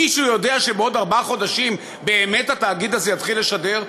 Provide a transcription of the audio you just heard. מישהו יודע שבעוד ארבעה חודשים באמת התאגיד הזה יתחיל לשדר?